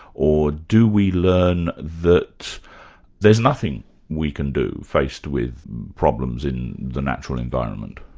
or do we learn that there's nothing we can do, faced with problems in the natural environment?